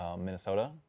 Minnesota